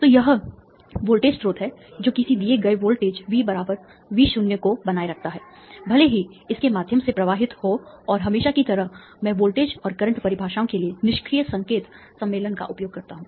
तो यह वोल्टेज स्रोत है जो किसी दिए गए वोल्टेज V V0 को बनाए रखता है भले ही इसके माध्यम से प्रवाहित हो और हमेशा की तरह मैं वोल्टेज और करंट परिभाषाओं के लिए निष्क्रिय संकेत सम्मेलन का उपयोग करता हूं